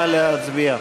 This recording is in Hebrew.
נא להצביע.